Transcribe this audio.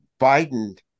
Biden